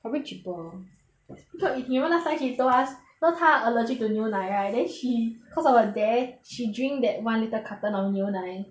probably cheaper because you know last time she told us you know 她 allergic to 牛奶 right then she cause of a dare she drink that one litre carton of 牛奶